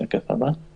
אירופה הם